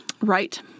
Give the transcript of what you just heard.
Right